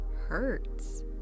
hurts